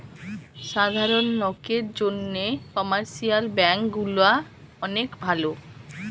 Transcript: সাধারণ লোকের জন্যে কমার্শিয়াল ব্যাঙ্ক গুলা অনেক ভালো